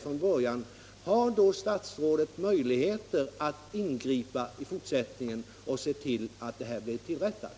från början räknat med, har då statsrådet möjligheter att ingripa och se till att det hela rättas till? Skall jag fatta statsrådet så?